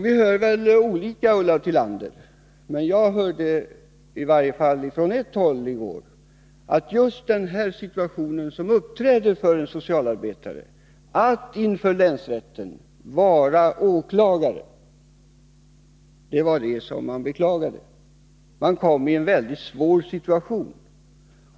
Vi hör väl olika, Ulla Tillander, men jag hörde i varje fall från ett håll i går att just den här situationen som kan uppstå för en socialarbetare, att inför länsrätten vara åklagare, är beklaglig. Man kommer i en väldigt svår situation.